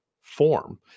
form